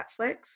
Netflix